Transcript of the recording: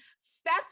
Steph